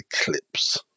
eclipse